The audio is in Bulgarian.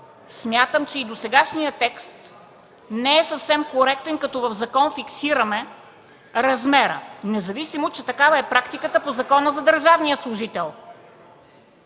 смятам, че и досегашния текст не е съвсем коректен, като в закон фиксираме размера, независимо че такава е практиката по Закона за държавния служител.